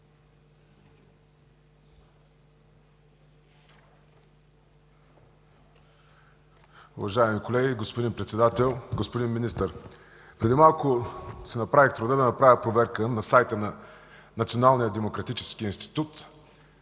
Уважаеми колеги, господин Председател! Господин Министър, преди малко си направих труда да направя проверка на сайта на Националния демократически институт.